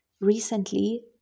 recently